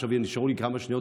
עכשיו נשארו לי כמה שניות,